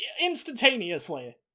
instantaneously